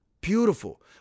Beautiful